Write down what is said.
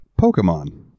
Pokemon